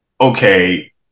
okay